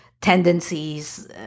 tendencies